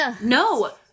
No